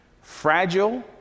fragile